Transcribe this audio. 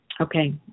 Okay